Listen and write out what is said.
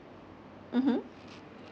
mmhmm